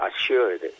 assured